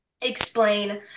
explain